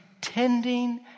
tending